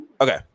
Okay